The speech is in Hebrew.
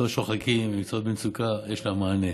מקצועות שוחקים, מקצועות במצוקה, יש להם מענה.